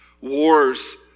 wars